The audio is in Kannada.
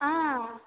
ಹಾಂ